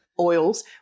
oils